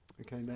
okay